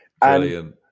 Brilliant